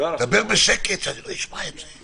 דבר בשקט, שאני לא אשמע את זה.